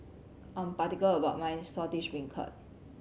I'm particular about my Saltish Beancurd